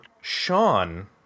sean